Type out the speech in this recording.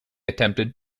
attempted